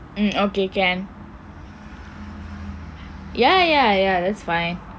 mm ok can ya ya ya that's fine